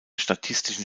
statistischen